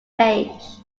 page